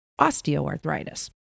osteoarthritis